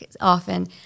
often